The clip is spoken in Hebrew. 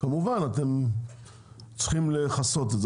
כמובן אתם צריכים לכסות את זה.